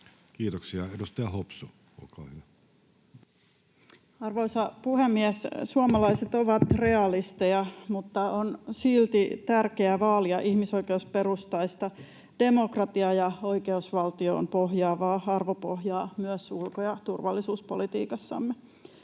selonteko Time: 15:18 Content: Arvoisa puhemies! Suomalaiset ovat realisteja, mutta on silti tärkeää vaalia ihmisoikeusperustaista demokratiaa ja oikeusvaltioon pohjaavaa arvopohjaa myös ulko- ja turvallisuuspolitiikassamme.